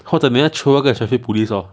或者你要 troll 那个 traffic police lor